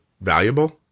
valuable